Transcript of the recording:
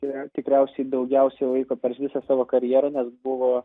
yra tikriausiai daugiausiai laiko per visą savo karjerą nes buvo